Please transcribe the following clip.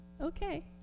Okay